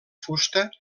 fusta